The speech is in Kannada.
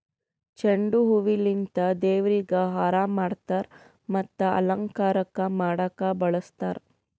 ಚೆಂಡು ಹೂವಿಲಿಂತ್ ದೇವ್ರಿಗ್ ಹಾರಾ ಮಾಡ್ತರ್ ಮತ್ತ್ ಅಲಂಕಾರಕ್ಕ್ ಮಾಡಕ್ಕ್ ಬಳಸ್ತಾರ್